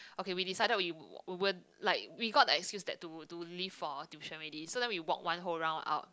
okay we decided we we were like we got the excuse that to to leave for tuition already so then we walked one whole round out